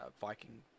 viking